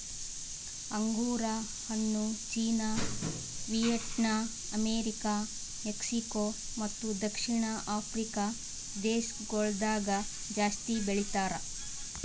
ಅಂಗುರ್ ಹಣ್ಣು China, Vietnam, America, Mexico ಮತ್ತ ದಕ್ಷಿಣ ಆಫ್ರಿಕಾ ದೇಶಗೊಳ್ದಾಗ್ ಜಾಸ್ತಿ ಬೆಳಿತಾರ್